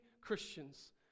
Christians